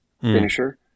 finisher